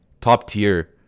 top-tier